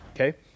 okay